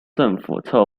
政府